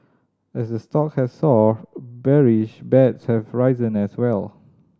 as the stock has soared bearish bets have risen as well